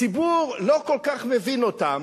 הציבור לא כל כך מבין אותם,